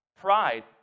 Pride